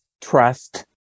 trust